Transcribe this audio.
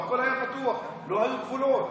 הכול היה פתוח, לא היו גבולות.